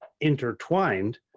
intertwined